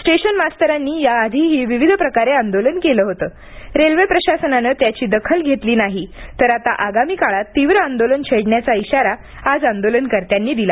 station मास्तरांनी याआधीही विविध प्रकारे आंदोलन केलं होतं रेल्वे प्रशासनानं त्याची दखल घेतली नाही तर आता आगामी काळात तीव्र आंदोलन छेडण्याचा इशारा आज आंदोलनकर्त्यांनी दिला